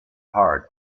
hard